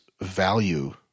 value